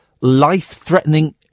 life-threatening